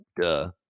Duh